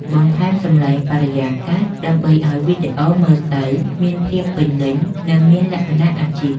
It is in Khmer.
បន្ថែមសំឡេងបរិយាកាសដើម្បីឱ្យវីដេអូមើលទៅមានភាពពេញលេញ និង មានលក្ខណៈអាជីព។